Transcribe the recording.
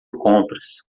compras